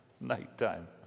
nighttime